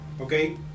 Okay